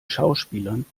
schauspielern